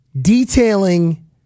detailing